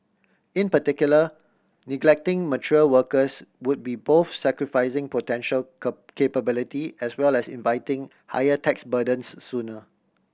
in particular neglecting mature workers would be both sacrificing potential capability as well as inviting higher tax burdens sooner